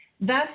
Thus